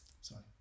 Sorry